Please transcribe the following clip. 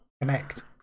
connect